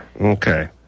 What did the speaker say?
Okay